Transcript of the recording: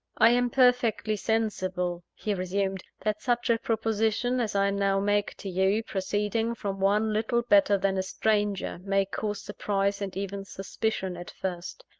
i am perfectly sensible, he resumed, that such a proposition as i now make to you, proceeding from one little better than a stranger, may cause surprise and even suspicion, at first.